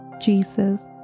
Jesus